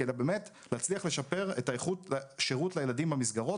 כדי באמת להצליח לשפר את איכות השירות לילדים במסגרות.